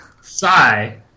Sigh